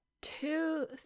two